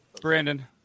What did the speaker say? Brandon